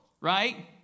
right